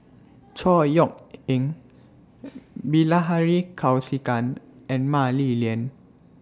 Chor Yeok Eng Bilahari Kausikan and Mah Li Lian